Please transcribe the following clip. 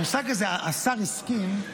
המושג הזה "השר הסכים",